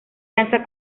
lanza